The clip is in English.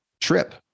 trip